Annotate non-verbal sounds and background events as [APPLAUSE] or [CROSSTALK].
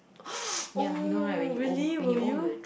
[NOISE] oh really will you